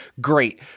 great